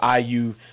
IU